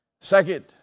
Second